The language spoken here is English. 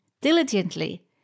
diligently